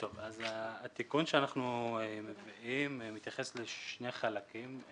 טוב, אז התיקון שאנחנו מביאים מתייחס לשני חלקים.